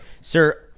sir